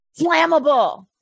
flammable